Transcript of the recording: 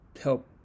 help